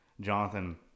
Jonathan